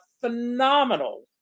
phenomenal